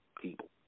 people